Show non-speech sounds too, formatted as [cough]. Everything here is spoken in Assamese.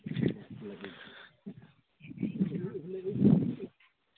[unintelligible]